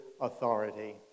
authority